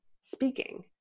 speaking